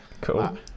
Cool